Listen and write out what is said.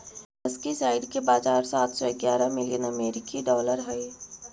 molluscicide के बाजार सात सौ ग्यारह मिलियन अमेरिकी डॉलर हई